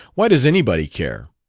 why does anybody care?